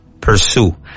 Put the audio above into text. pursue